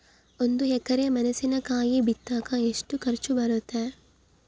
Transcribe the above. ಒಂದು ಎಕರೆ ಮೆಣಸಿನಕಾಯಿ ಬಿತ್ತಾಕ ಎಷ್ಟು ಖರ್ಚು ಬರುತ್ತೆ?